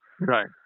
Right